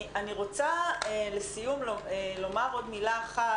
אני רוצה לומר לסיום עוד מילה אחת.